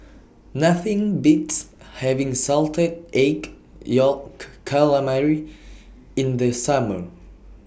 Nothing Beats having Salted Egg Yolk Calamari in The Summer